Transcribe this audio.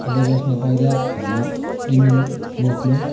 अब जसमा पहिला हाम्रो इन्डियन नोटमा